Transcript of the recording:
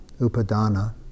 Upadana